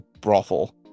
brothel